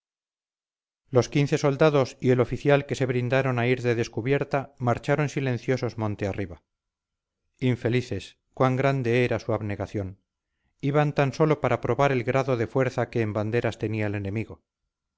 los quince soldados y el oficial que se brindaron a ir de descubierta marcharon silenciosos monte arriba infelices cuán grande era su abnegación iban tan sólo para probar el grado de fuerza que en banderas tenía el enemigo